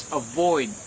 avoid